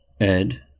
Ed